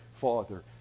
father